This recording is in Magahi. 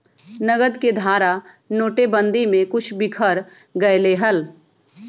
नकद के धारा नोटेबंदी में कुछ बिखर गयले हल